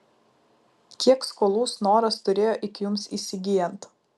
kiek skolų snoras turėjo iki jums įsigyjant